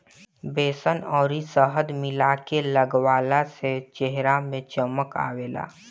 बेसन अउरी शहद मिला के लगवला से चेहरा में चमक आवेला